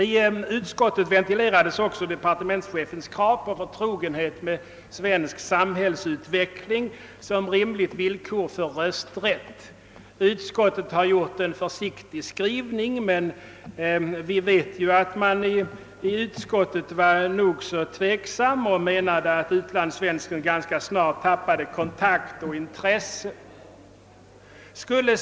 I utskottet ventilerades också departementschefens krav på förtrogenhet med svensk samhällsutveckling som rimligt villkor för rösträtt. Utskottet har gjort en försiktig skrivning, men vi vet ju att man i utskottet var nog så tveksam och menade att utlandssvensken ganska snart tappar kontakt med och intresse för hemlandet.